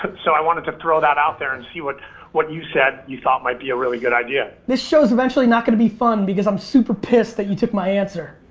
but so i wanted to throw that out there and see what what you said you thought might be a really good idea. this show's eventually not going to be fun, because i'm super pissed that you took my answer.